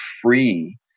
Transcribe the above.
free